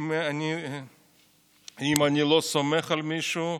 אם אני לא סומך על מישהו,